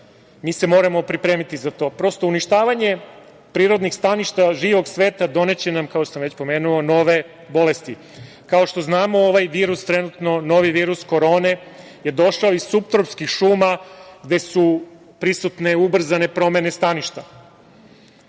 Mi se moramo pripremiti za to. Uništavanje prirodnih staništa živog sveta doneće nam, kao što sam već pomenuo, nove bolesti. Kao što znamo, ovaj virus trenutno, novi virus korone, je došao iz suptropskih šuma gde su prisutne ubrzane promene staništa. Takođe,